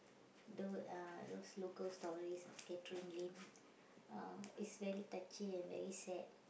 those uh those local stories of Catherine-Lim uh is very touching and very sad